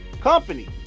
company